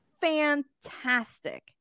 Fantastic